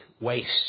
wastes